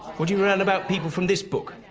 what you learn about people from this book,